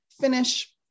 finish